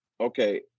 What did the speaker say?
Okay